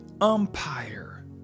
umpire